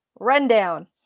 Rundown